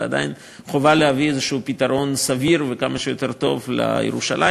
ועדיין חובה להביא איזשהו פתרון סביר וכמה שיותר טוב לירושלים.